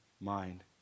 mind